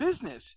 business